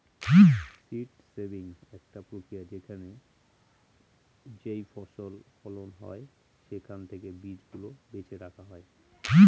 seed saving একটা প্রক্রিয়া যেখানে যেইফসল ফলন হয় সেখান থেকে বীজ গুলা বেছে রাখা হয়